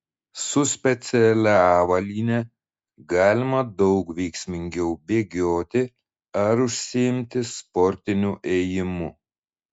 su specialia avalyne galima daug veiksmingiau bėgioti ar užsiimti sportiniu ėjimu